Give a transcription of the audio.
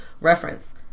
reference